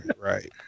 right